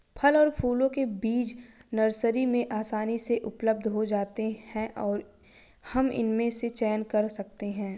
फल और फूलों के बीज नर्सरी में आसानी से उपलब्ध हो जाते हैं और हम इनमें से चयन कर सकते हैं